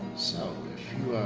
so, if you